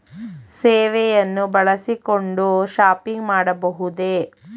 ಸೇವೆಯನ್ನು ಬಳಸಿಕೊಂಡು ಶಾಪಿಂಗ್ ಮಾಡಬಹುದೇ?